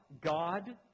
God